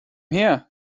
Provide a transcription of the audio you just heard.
her